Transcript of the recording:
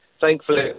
thankfully